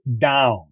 down